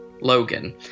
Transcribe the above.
logan